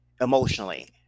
emotionally